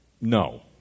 no